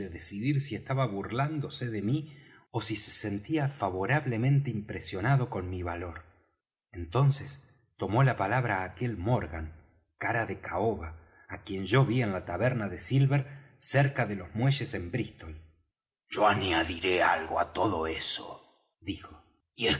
decidir si estaba burlándose de mí ó si se sentía favorablemente impresionado con mi valor entonces tomó la palabra aquel morgan cara de caoba á quien yo ví en la taberna de silver cerca de los muelles en brístol yo añadiré algo á todo eso dijo